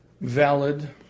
valid